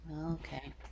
Okay